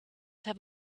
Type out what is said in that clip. have